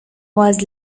was